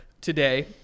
today